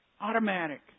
Automatic